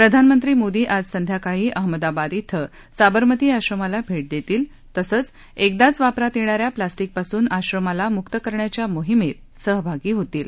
प्रधानमंत्री मोदी आज संध्याकाळी अहमदाबाद श्व सावरमती आश्रमाला भेट देतील तसंच एकदाच वापरात येणा या प्लास्टिकपासून आश्रमाला मुक करण्याच्या मोहिमेत सहभागी होतील